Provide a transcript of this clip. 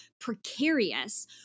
precarious